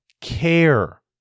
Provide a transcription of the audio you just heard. care